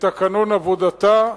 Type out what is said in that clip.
לתקנון עבודתה,